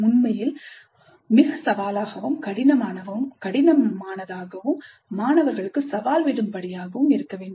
உண்மையில் மிக சவாலாகவும் கடினமாகவும் மாணவர்களுக்கு சவால் விடும்படியும் இருக்கவேண்டும்